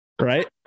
right